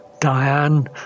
diane